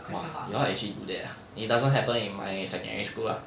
!wah! you all actually do that ah it doesn't happen in my secondary school lah